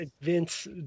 Vince